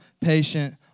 patient